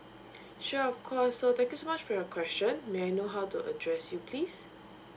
sure of course so thank you so much for your question may I know how to address you please